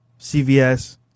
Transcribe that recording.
CVS